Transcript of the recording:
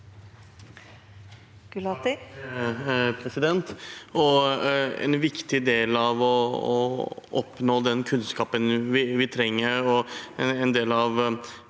En viktig del av det å oppnå den kunnskapen vi trenger, og en del av